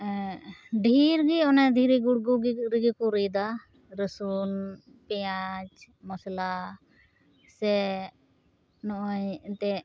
ᱰᱷᱮᱨᱜᱮ ᱢᱟᱱᱮ ᱫᱷᱤᱨᱤ ᱜᱩᱲᱜᱩᱜᱮ ᱨᱮᱜᱮ ᱠᱚ ᱨᱤᱫᱟ ᱨᱟᱹᱥᱩᱱ ᱯᱮᱸᱭᱟᱡᱽ ᱢᱚᱥᱞᱟ ᱥᱮ ᱱᱚᱜᱼᱚᱭ ᱮᱱᱛᱮᱫ